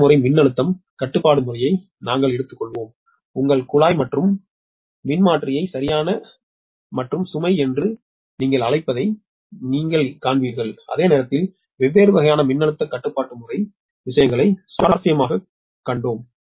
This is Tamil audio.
அடுத்த முறை மின்னழுத்த கட்டுப்பாட்டு முறையை நாங்கள் எடுத்துக்கொள்வோம் உங்கள் குழாய் மாற்றும் மின்மாற்றியை சரியான மற்றும் சுமை என்று நீங்கள் அழைப்பதை நீங்கள் காண்பீர்கள் அதே நேரத்தில் வெவ்வேறு வகையான மின்னழுத்த கட்டுப்பாட்டு முறை விஷயங்களை சுவாரஸ்யமாகக் காண்போம்